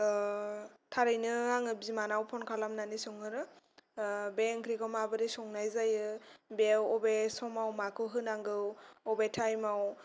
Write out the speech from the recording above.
आह थारैनो आङो बिमानाव फन खालामनानै सोंहरो बे ओंख्रिखौ माबोरै संनाय जायो बेयाव बबे समाव माखौ होनांगौ अबे टाइमाव